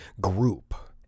group